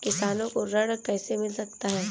किसानों को ऋण कैसे मिल सकता है?